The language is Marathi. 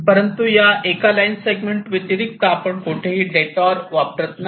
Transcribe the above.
परंतु या एका लाईन सेगमेंट व्यतिरिक्त आपण कोठेही डेटोर वापरत नाही